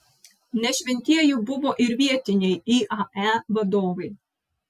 ne šventieji buvo ir vietiniai iae vadovai